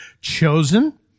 chosen